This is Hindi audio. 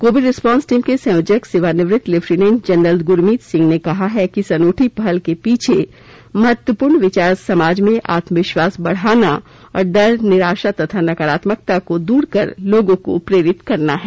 कोविड रिस्पांस टीम के संयोजक सेवानिवृत्त लेफ्टिनेंट जनरल गुरमीत सिंह ने कहा है कि इस अनूठी पहल के पीछे महत्वपूर्ण विचार समाज में आत्मविश्वास बढाना और डर निराशा तथा नकारात्मकता को दूर कर लोगों को प्रेरित करना है